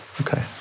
Okay